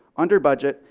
under budget,